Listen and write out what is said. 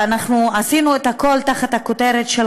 ואנחנו עשינו את הכול תחת כותרת של